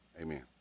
amen